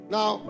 Now